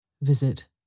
Visit